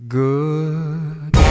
good